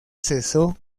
cesó